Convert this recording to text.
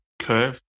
Curve